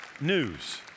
news